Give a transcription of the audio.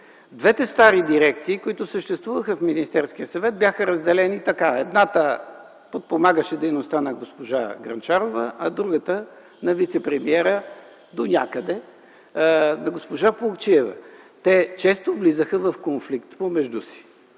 Двете стари дирекции, които съществуваха в Министерския съвет, бяха разделени така: едната подпомагаше дейността на госпожа Грънчарова, а другата – донякъде на вицепремиера госпожа Плугчиева. Те често влизаха в конфликт помежду си.